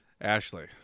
Ashley